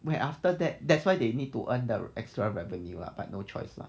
wait after that that's why they need to earn the extra revenue lah but no choice lah